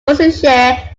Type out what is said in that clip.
worcestershire